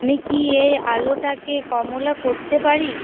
আমি কি এই আলোটাকে কমলা করতে পারি